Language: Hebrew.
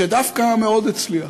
שדווקא מאוד הצליח,